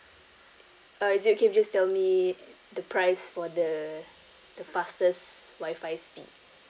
uh is it okay if you just tell me the price for the the fastest wi-fi speed